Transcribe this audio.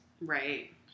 right